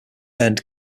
earned